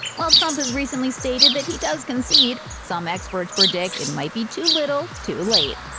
while trump has recently stated that he does concede, some experts predict it might be too little too late.